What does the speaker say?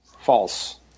False